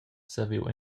saviu